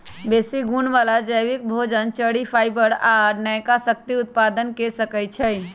बेशी गुण बला जैबिक भोजन, चरि, फाइबर आ नयका शक्ति उत्पादन क सकै छइ